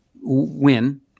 win